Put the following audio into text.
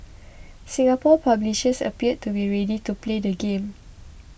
Singapore publishers appear to be ready to play the game